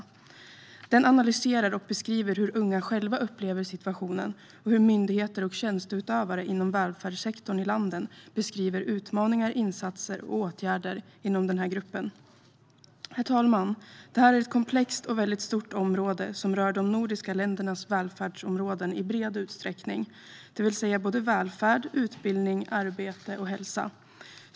Rapporten analyserar och beskriver hur unga själva upplever situationen och hur myndigheter och tjänsteutövare inom välfärdssektorn i länderna beskriver utmaningar, insatser och åtgärder inom denna grupp. Herr talman! Det här är ett komplext och väldigt stort område som rör de nordiska ländernas välfärdsområden i bred omfattning, det vill säga såväl välfärd som utbildning, arbete och hälsa.